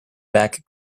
back